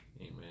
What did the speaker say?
Amen